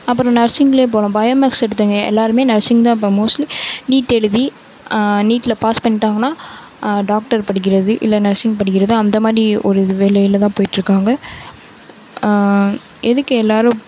அப்புறோம் நர்சிங்கில் போகலாம் பயோ மேக்ஸ் எடுத்தங்க எல்லோருமே நர்சிங்தான் இப்போ மோஸ்ட்லி நீட் எழுதி நீட்டில் பாஸ் பண்ணிட்டாங்கனால் டாக்டர் படிக்கிறது இல்லை நர்சிங் படிக்கிறது அந்த மாதிரி ஒரு இது வேலையில்தான் போயிட்டிருக்காங்க எதுக்கு எல்லாரும்